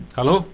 Hello